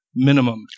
Minimum